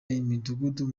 imidugudu